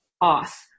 off